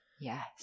Yes